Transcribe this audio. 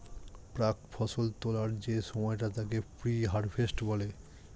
প্রাক্ ফসল তোলার যে সময়টা তাকে প্রি হারভেস্ট বলে